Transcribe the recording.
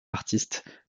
artistes